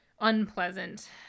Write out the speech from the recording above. unpleasant